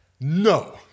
no